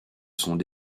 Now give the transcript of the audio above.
sont